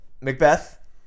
Macbeth